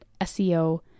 SEO